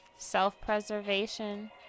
Self-preservation